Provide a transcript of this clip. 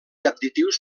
additius